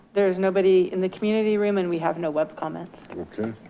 there is nobody in the community room and we have no web comments. okay.